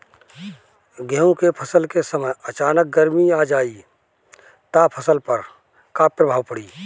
गेहुँ के फसल के समय अचानक गर्मी आ जाई त फसल पर का प्रभाव पड़ी?